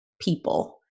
people